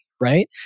right